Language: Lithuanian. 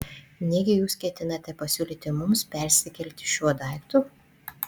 negi jūs ketinate pasiūlyti mums persikelti šiuo daiktu